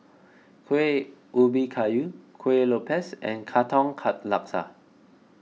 Kuih Ubi Kayu Kueh Lopes and Katong Laksa